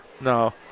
No